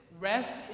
rest